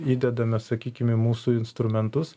įdedame sakykim į mūsų instrumentus